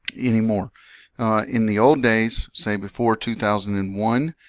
anymore in the old days say before two thousand and one